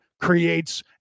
creates